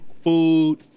food